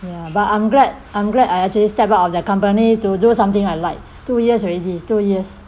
ya but I'm glad I'm glad I actually step out of their company to do something I like two years already two years